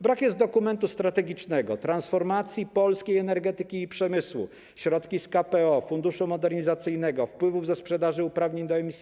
Brakuje dokumentu strategicznego transformacji polskiej energetyki i przemysłu - środki z KPO, funduszu modernizacyjnego, wpływy ze sprzedaży uprawnień do emisji